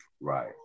right